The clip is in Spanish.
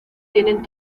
tienen